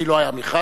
כי לא היה מכרז,